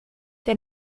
der